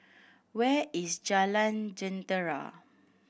where is Jalan Jentera